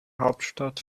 hauptstadt